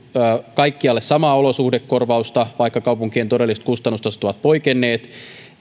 kaikkialle samaa olosuhdekorvausta vaikka kaupunkien todelliset kustannustasot ovat poikenneet toisistaan